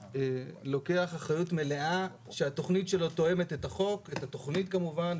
לוקח אחריות מלאה שהתכנית שלו תואמת את החוק ואת התכנית כמובן,